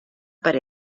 per